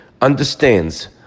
understands